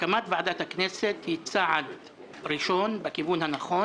הקמת ועדת הכנסת היא צעד ראשון בכיוון הנכון